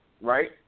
right